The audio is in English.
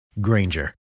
Granger